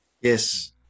yes